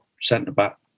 centre-back